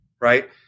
Right